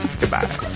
Goodbye